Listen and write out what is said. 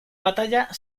batalla